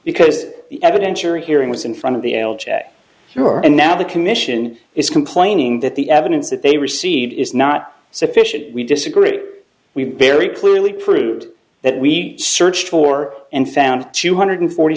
because the evidence you're hearing was in front of the tour and now the commission is complaining that the evidence that they received is not sufficient we disagree we bury clearly proved that we searched for and found two hundred forty